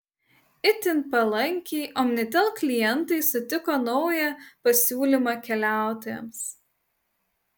itin palankiai omnitel klientai sutiko naują pasiūlymą keliautojams